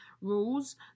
rules